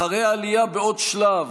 אחרי העלייה בעוד שלב,